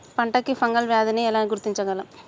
పంట కి ఫంగల్ వ్యాధి ని ఎలా గుర్తించగలం?